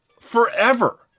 forever